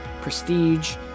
prestige